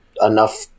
enough